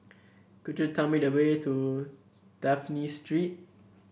could you tell me the way to Dafne Street